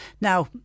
now